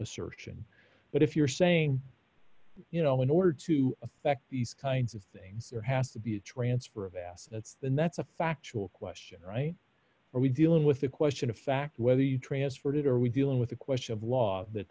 assertion but if you're saying you know in order to affect these kinds of thing there has to be a transfer of assets and that's a factual question right are we dealing with the question of fact whether you transferred it or are we dealing with the question of law that